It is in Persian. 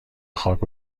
خاک